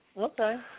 Okay